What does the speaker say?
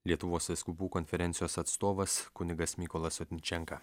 lietuvos vyskupų konferencijos atstovas kunigas mykolas otničenka